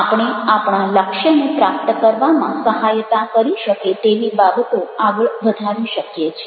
આપણે આપણા લક્ષ્યને પ્રાપ્ત કરવામાં સહાયતા કરી શકે તેવી બાબતો આગળ વધારી શકીએ છીએ